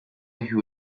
who